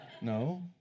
No